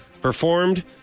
performed